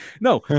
No